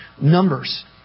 Numbers